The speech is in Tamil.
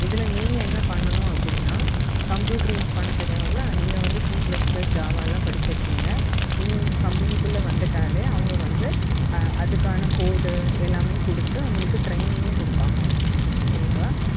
இதில் நீங்கள் என்ன பண்ணணும் அப்படின்னா கம்ப்யூட்டரு யூஸ் பண்ண தெரியுமில நீங்கள் வந்து சி ப்ளஸ் ப்ளஸ் ஜாவா எல்லாம் படிச்சுருக்கீங்க நீங்கள் இங்கே கம்பெனிக்குள்ளே வந்துவிட்டாலே அவங்க வந்து அதுக்கான கோடு எல்லாமே கொடுத்து உங்களுக்கு ட்ரைனிங்கும் கொடுப்பாங்க சரிங்களா